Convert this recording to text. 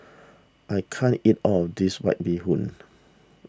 I can't eat all of this White Bee Hoon